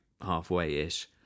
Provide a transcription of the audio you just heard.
halfway-ish